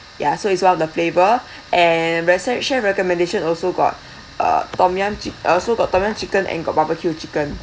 ya so it's one of the flavor and the che~ chef recommendation also got uh tom yum chick~ also got tom yum chicken and got barbecue chicken